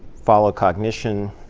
follow cognition,